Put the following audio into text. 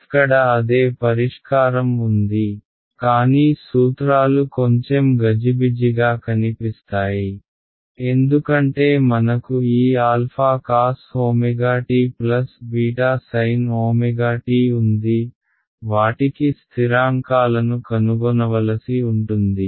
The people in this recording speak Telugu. ఇక్కడ అదే పరిష్కారం ఉంది కానీ సూత్రాలు కొంచెం గజిబిజిగా కనిపిస్తాయి ఎందుకంటే మనకు ఈ α cos ωt β sin ωt ఉంది వాటికి స్థిరాంకాలను కనుగొనవలసి ఉంటుంది